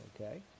okay